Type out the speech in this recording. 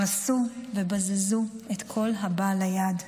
הרסו ובזזו את כל הבא ליד.